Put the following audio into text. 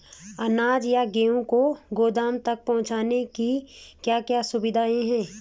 अनाज या गेहूँ को गोदाम तक पहुंचाने की क्या क्या सुविधा है?